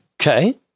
Okay